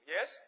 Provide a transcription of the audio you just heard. Yes